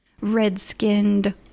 red-skinned